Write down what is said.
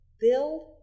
build